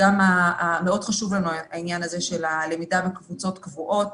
מאוד חשוב לנו עניין הלמידה בקבוצות קבועות